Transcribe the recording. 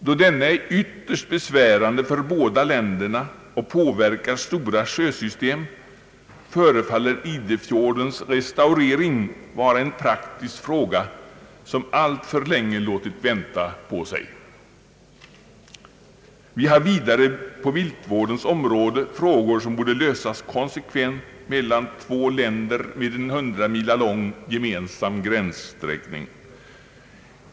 Då denna är ytterst besvärande för båda länderna och påverkar stora sjösystem förefaller Idefjordens restaurering vara en praktisk fråga som alltför länge låtit vänta på sig. Vi har vidare på viltvårdens område frågor som borde lösas konsekvent mellan två länder med en hundramila lång gemensam gräns.